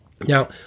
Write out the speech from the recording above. Now